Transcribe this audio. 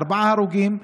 ארבעה הרוגים,